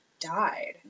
died